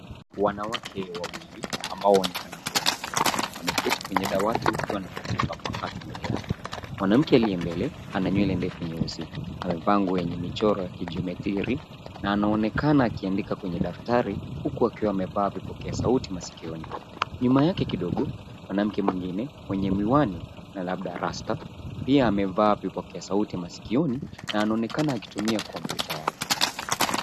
Wanawake wawili ambao waonekana kuwa wanafunzi, wameketi kwenye dawati wakiwa na kompyuta mpakato mbele yao. Mwanamke aliye mbele ana nywele ndefu nyeusi, amevaa nguo yenye michoro ya kijiometri, na anaonekana akiandika kwenye daftari huku akiwa amevaa vipokea sauti masikioni. Nyuma yake kidogo, mwanamke mwingine mwenye miwani na labda rasta pia amevaa vipokea sauti masikioni na anaonekana akitumia kompyuta yake.